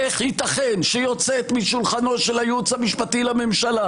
איך ייתכן שיוצאת משולחנו של הייעוץ המשפטי לממשלה